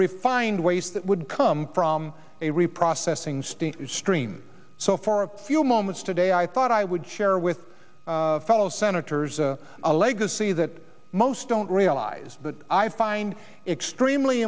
refined ways that would come from a reprocessing steam stream so for a few moments today i thought i would share with fellow senators a legacy that most don't realize that i find extremely